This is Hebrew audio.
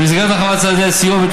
במסגרת הרחבת צעדי הסיוע,